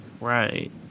Right